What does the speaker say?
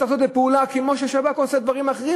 צריך לעשות את זה בפעולה כמו ששב"כ עושה דברים אחרים.